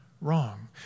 wrong